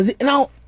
now